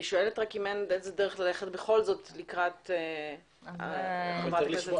אני שואלת אם אין דרך ללכת בכל זאת לקראת חברת הכנסת פרידמן?